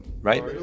Right